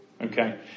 Okay